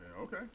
Okay